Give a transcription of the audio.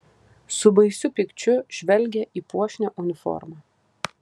su baisiu pykčiu žvelgė į puošnią uniformą